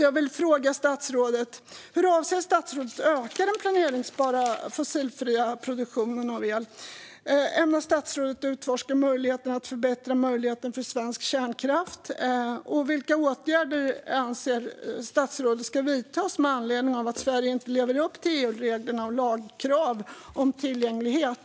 Jag vill fråga statsrådet: Hur avser statsrådet att öka den planerbara fossilfria produktionen av el? Ämnar statsrådet utforska möjligheterna att förbättra möjligheten för svensk kärnkraft? Vilka åtgärder anser statsrådet ska vidtas med anledning av att Sverige inte lever upp till EU-reglerna och lagkrav om tillgänglighet?